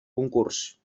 concurs